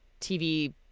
TV